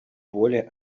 более